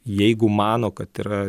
jeigu mano kad yra